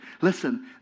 Listen